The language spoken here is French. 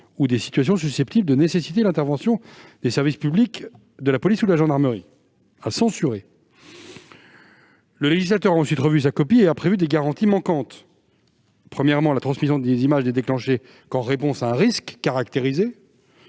ou des situations susceptibles de nécessiter l'intervention de la police ou de la gendarmerie. Le législateur a ensuite revu sa copie et a prévu des garanties jusqu'alors manquantes : premièrement, la transmission des images n'est déclenchée qu'en réponse à un risque caractérisé